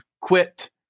quit